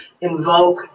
invoke